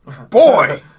Boy